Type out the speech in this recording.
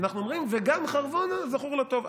אנחנו אומרים "וגם חרבונה זכור לטוב".